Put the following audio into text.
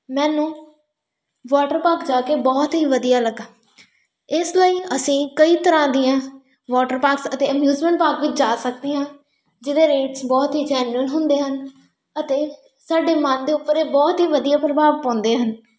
ਮੈਨੂੰ water park ਜਾ ਕੇ ਬਹੁਤ ਹੀ ਵਧੀਆ ਲੱਗਾ ਇਸ ਲਈ ਅਸੀਂ ਕਈ ਤਰ੍ਹਾਂ ਦੀਆਂ ਵੋਟਰ ਪਾਰਕਸ ਅਤੇ ਅਮਿਊਜਮੈਂਟ ਪਾਰਕ ਵਿੱਚ ਜਾ ਸਕਦੇ ਹਾਂ ਜਿਹਦੇ ਰੇਟਸ ਬਹੁਤ ਹੀ ਜੈਨੂਅਨ ਹੁੰਦੇ ਹਨ ਅਤੇ ਸਾਡੇ ਮਨ ਦੇ ਉੱਪਰ ਇਹ ਬਹੁਤ ਹੀ ਵਧੀਆ ਪ੍ਰਭਾਵ ਪਾਉਂਦੇ ਹਨ